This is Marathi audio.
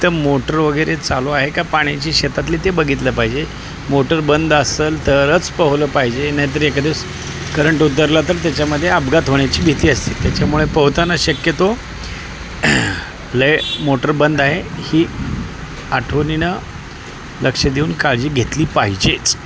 तिथं मोटर वगैरे चालू आहे का पाण्याची शेतातली ते बघितलं पाहिजे मोटर बंद असेल तरच पोहलं पाहिजे नाही तर एखादेवेळेस करंट उतरला तर त्याच्यामध्ये अपघात होण्याची भीती असते त्याच्यामुळे पोहताना शक्यतो लय मोटर बंद आहे ही आठवणीणं लक्ष देऊन काळजी घेतली पाहिजेच